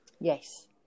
Yes